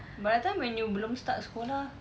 but the time when you belum start sekolah